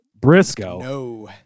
Briscoe